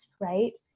Right